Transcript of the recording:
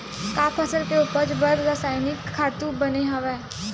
का फसल के उपज बर रासायनिक खातु बने हवय?